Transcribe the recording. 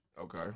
Okay